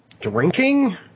drinking